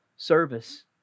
service